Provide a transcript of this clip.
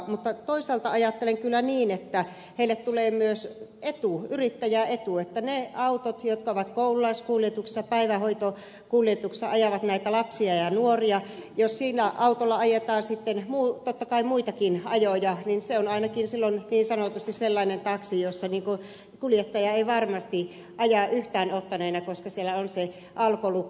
mutta toisaalta ajattelen kyllä niin että heille tulee myös etu yrittäjäetu että jos niillä autoilla jotka ovat koululaiskuljetuksissa päivähoitokuljetuksissa joilla ajetaan näitä lapsia ja nuoria ajetaan sitten totta kai muitakin ajoja niin se on ainakin silloin niin sanotusti sellainen taksi jossa kuljettaja ei varmasti aja yhtään ottaneena koska siellä on se alkolukko